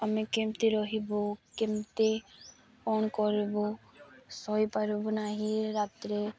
ଆମେ କେମିତି ରହିବୁ କେମିତି କ'ଣ କରିବୁ ଶୋଇପାରିବୁ ନାହିଁ ରାତିରେ